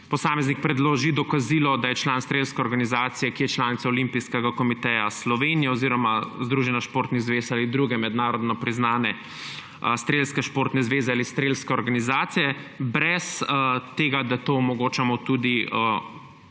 posameznik predloži dokazilo, da je član strelske organizacije, ki je članica Olimpijskega komiteja Slovenije oziroma Združenje športnih zvez ali druge mednarodno priznane strelske športne zveze ali strelske organizacije, brez tega, da to omogočamo tudi